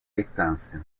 distancia